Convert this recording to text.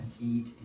eat